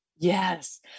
Yes